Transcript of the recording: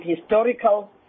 historical